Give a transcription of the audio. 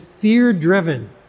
fear-driven